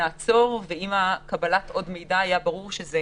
אבל עם קבלת עוד מידע נהיה ברור שזה